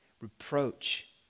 reproach